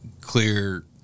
clear